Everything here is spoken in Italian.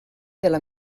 della